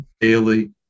daily